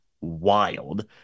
wild